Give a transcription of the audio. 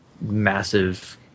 massive